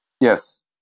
Yes